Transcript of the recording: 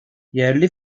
yerli